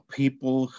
people